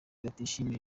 batishimiye